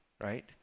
Right